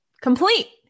complete